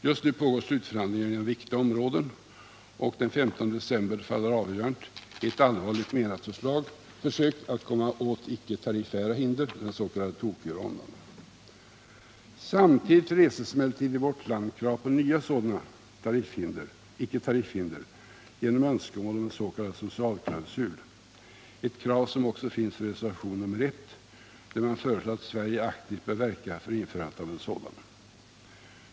Just nu pågår slutförhandlingar inom viktiga områden, och den 15 december faller avgörandet i ett allvarligt menat försök att komma åt icke-tariffära hinder, den s.k. Tokyorondan. Samtidigt reses emellertid i vårt land krav på nya sådana icke-tariffära hinder genom önskemål om en s.k. socialklausul — ett krav som också finns i reservationen 1, där man föreslår att Sverige aktivt bör verka för införandet av en sådan.